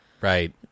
Right